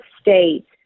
state